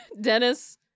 Dennis